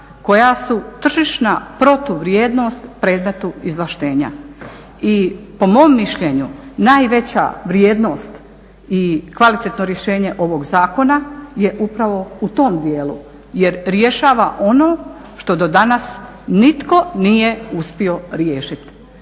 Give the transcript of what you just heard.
koja su tržišna protuvrijednost predmetu izvlaštenja. I po mom mišljenju, najveća vrijednost i kvalitetno rješenje ovog zakona je upravo u tom dijelu jer rješava ono što do danas nitko nije uspio riješiti.